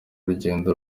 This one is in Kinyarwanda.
rugendo